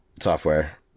software